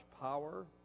power